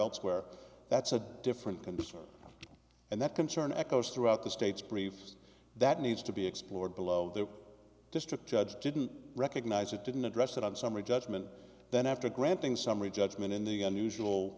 elsewhere that's a different condition and that concern echoes throughout the states briefs that needs to be explored below the district judge didn't recognize it didn't address that on summary judgment then after granting summary judgment in the unusual